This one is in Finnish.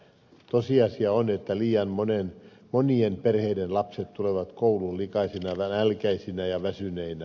tosiasia on että liian monien perheiden lapset tulevat kouluun likaisina nälkäisinä ja väsyneinä